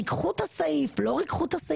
ריככו את הסעיף או לא ריככו אותו,